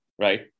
right